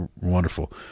wonderful